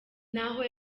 naho